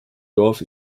dorf